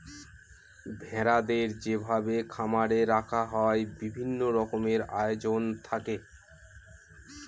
ভেড়াদের যেভাবে খামারে রাখা হয় বিভিন্ন রকমের আয়োজন থাকে